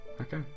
Okay